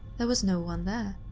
there was no one there.